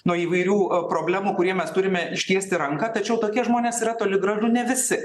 nuo įvairių problemų kuriem mes turime ištiesti ranką tačiau tokie žmonės yra toli gražu ne visi